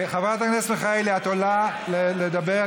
חברת הכנסת מיכאלי, את עולה לדבר?